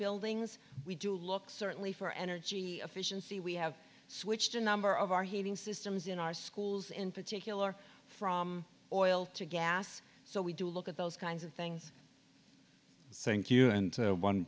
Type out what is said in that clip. buildings we do look certainly for energy efficiency we have switched a number of our heating systems in our schools in particular from oil to gas so we do look at those kinds of things sink you and one